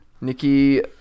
Nikki